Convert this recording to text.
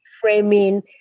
framing